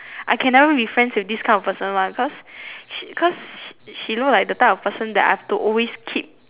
I can never be friends with this kind of person [one] cause cause she she look like the type of person that I have to always keep